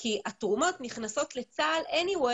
כי התרומות נכנסות לצה"ל בכל מקרה,